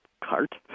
cart